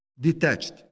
detached